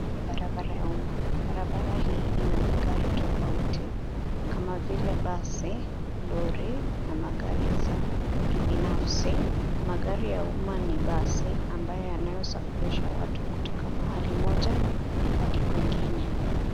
Hii ni barabara ya umma. Barabara hii ina magari tofauti, kama vile basi, lori na magari za kibinafsi. Magari ya umma ni basi ambayo yanayosafirisha watu kutoka mahali moja hadi kwingine.